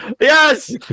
Yes